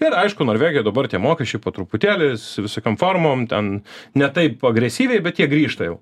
ir aišku norvegijoj dabar tie mokesčiai po truputėlį su visokiom formom ten ne taip agresyviai bet jie grįžta jau